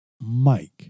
Mike